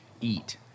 eat